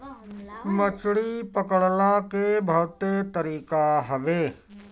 मछरी पकड़ला के बहुते तरीका हवे